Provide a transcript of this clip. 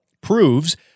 proves